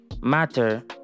matter